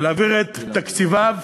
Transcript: להעביר את תקציביו